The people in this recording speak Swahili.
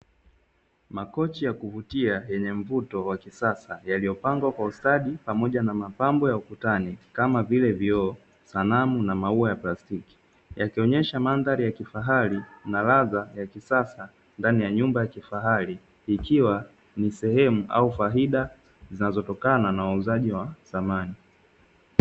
Makochi ya kuvutia yenye mvuto wa kisasa, yaliyopangwa kwa ustadi pamoja na mapambo ya ukutani, kama vile: vioo, sanamu na maua ya plastiki. Yakionyesha mandhari ya kifahari na ladha ya kisasa ndani ya nyumba ya kifahari, ikiwa ni sehemu au faida zinazotokana na wauzaji wa samani.